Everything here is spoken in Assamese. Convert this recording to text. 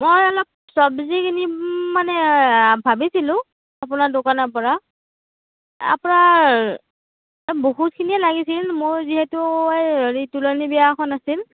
মই অলপ চব্জি কিনিম মানে ভাবিছিলোঁ আপোনাৰ দোকানৰ পৰা আপোনাৰ বহুতখিনিয়ে লাগিছিল মোৰ যিহেতু এই হেৰি তুলনী বিয়া এখন আছিল